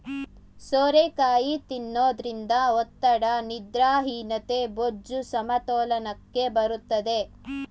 ಸೋರೆಕಾಯಿ ತಿನ್ನೋದ್ರಿಂದ ಒತ್ತಡ, ನಿದ್ರಾಹೀನತೆ, ಬೊಜ್ಜು, ಸಮತೋಲನಕ್ಕೆ ಬರುತ್ತದೆ